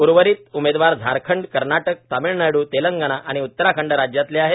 उर्वरित उमेदवार झारखंड कर्नाटक तामिळनाडू तेलंगणा आणि उत्तराखंड राज्यातले आहेत